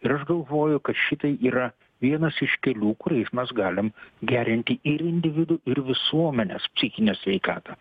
ir aš galvoju kad šitai yra vienas iš kelių kuriais mes galim gerinti ir individų ir visuomenės psichinę sveikatą